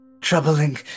troubling